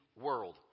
world